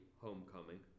Homecoming